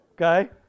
Okay